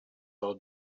all